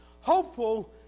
hopeful